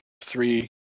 three